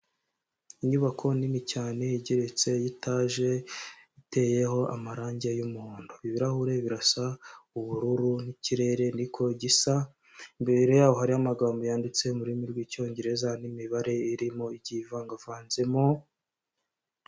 Inyubako nini cyane igeretse y'itaje iteyeho amarangi y'umuhondo, ibirahure birasa ubururu n'ikirere niko gisa, imbere yaho hariho amagambo yanditse mu rurimi rw'icyongereza n'imibare irimo igiye ivangavanzemo.